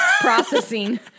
processing